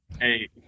hey